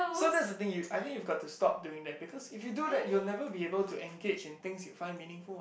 so that's the thing you I think you've got to should stop doing that cause if you do that you'll never be able to engage in things you'll find meaningful what